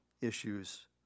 issues